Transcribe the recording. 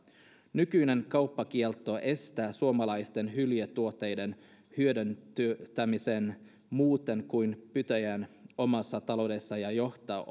nykyinen kauppakielto estää suomalaisten hyljetuotteiden hyödyntämisen muuten kuin pyytäjän omassa taloudessa ja johtaa